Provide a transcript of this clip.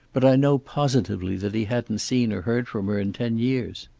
but i know positively that he hadn't seen or heard from her in ten years.